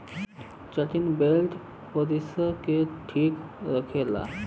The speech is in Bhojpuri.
चिटिन ब्लड प्रेसर के ठीक रखला